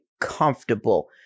comfortable